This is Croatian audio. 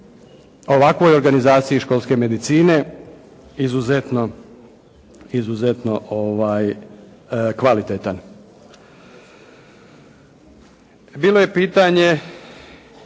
ovakvoj organizaciji školske medicine izuzetno kvalitetan. Bilo je pitanje